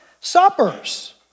suppers